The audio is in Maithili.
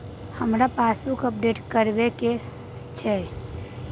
हमरा पासबुक अपडेट करैबे के अएछ?